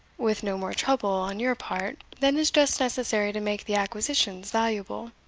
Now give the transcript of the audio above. with no more trouble on your part than is just necessary to make the acquisitions valuable.